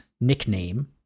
nickname